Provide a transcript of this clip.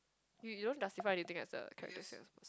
y~ you don't justify what anything as a character